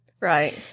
Right